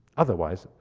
otherwise,